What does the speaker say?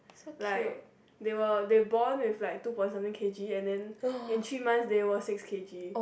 like they were they born with like two point something K_G and then in three months they were six K_G